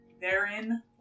therein